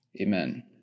Amen